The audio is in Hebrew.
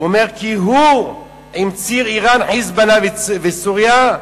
הוא אומר כי הוא עם ציר אירן-"חיזבאללה" וסוריה.